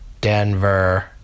Denver